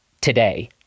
today